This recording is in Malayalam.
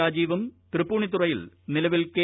രാജീവും തൃപ്പുണ്ണിത്തുറയിൽ നിലവിൽ കെ